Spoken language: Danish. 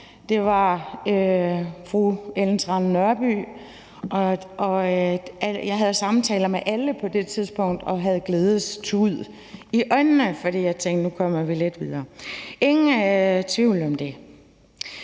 jeg har glemt nogen. Jeg havde samtaler med alle på det tidspunkt og havde glædestårer i øjnene, fordi jeg tænkte, at nu kommer vi lidt videre. Ingen tvivl om det.